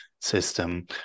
system